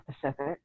Pacific